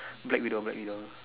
Black-Widow Black-Widow